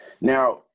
Now